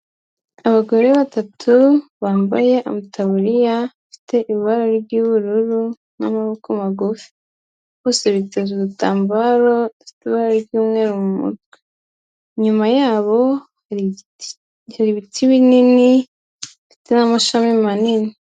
Abagore batatu bambaye amataburiya afite ibara ry'ubururu n'amaboko magufi, bose biteze udutambaro dufite ibara ry'umweru mu mutwe, inyuma yabo hari ibiti binini bifite n'amashami manini.